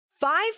Five